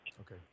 Okay